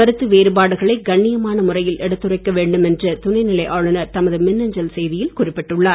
கருத்து வேறுபாடுகளை கண்ணியமான முறையில் எடுத்துரைக்க வேண்டும் என்று துணைநிலை ஆளுநர் தமது மின்னஞ்சல் செய்தியில் குறிப்பிட்டுள்ளார்